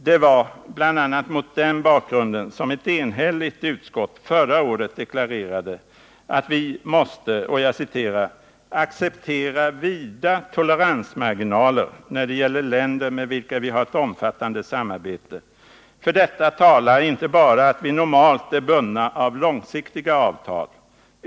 Det var bl.a. mot den bakgrunden som ett enigt utskott förra året deklarerade att vi måste ”acceptera vida toleransmarginaler när det gäller länder med vilka vi har ett omfattande samarbete. För detta talar inte bara att vi normalt är bundna av långsiktiga avtal.